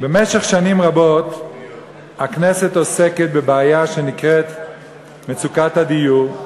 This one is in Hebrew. במשך שנים רבות הכנסת עוסקת בבעיה שנקראת מצוקת הדיור,